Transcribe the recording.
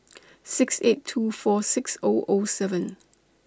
six eight two four six O O seven